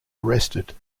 arrested